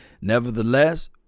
nevertheless